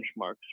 benchmarks